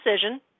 decision